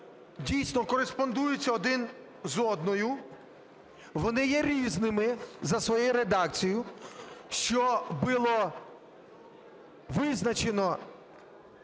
дійсно, кореспондуються одна з одною, вони є різними за своєю редакцією, що було визначено